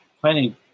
planning